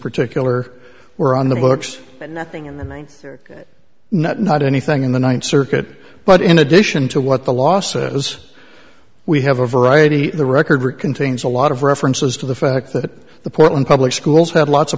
particular were on the books but nothing in the ninth circuit not not anything in the ninth circuit but in addition to what the law says we have a variety the record contains a lot of references to the fact that the portland public schools had lots of